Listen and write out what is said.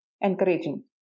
encouraging